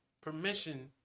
permission